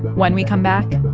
when we come back,